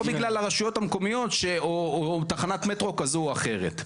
לא בגלל הרשויות המקומיות או תחנת מטרו כזו או אחרת.